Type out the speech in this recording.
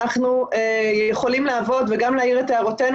אנחנו יכולים לעבוד וגם להעיר את הערותינו